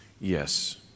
Yes